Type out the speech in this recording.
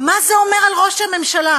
מה זה אומר על ראש הממשלה?